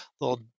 little